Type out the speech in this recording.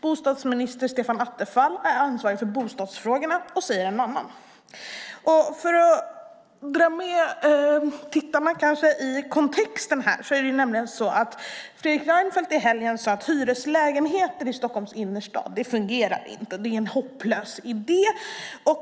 Bostadsminister Stefan Attefall är ansvarig för bostadsfrågorna och säger en annan sak. För att kanske dra med tittarna i kontexten: Fredrik Reinfeldt sade i helgen att hyreslägenheter i Stockholm innerstad inte fungerar utan är en hopplös idé.